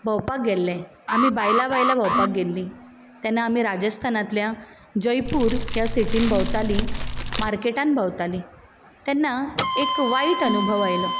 भोंवपाक गेल्लें आमी बायलां बायलां भोंवपाक गेल्लीं तेन्ना आमी राजस्थानांतल्या जयपूर ह्या सिटीन भोंवतालीं मार्केटान भोंवतालीं तेन्ना एक वायट अनुभव आयलो